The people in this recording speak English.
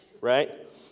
right